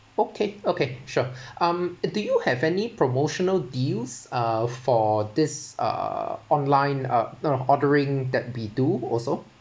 okay okay sure um do you have any promotional deals uh for this uh online uh no ordering that we do also